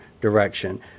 direction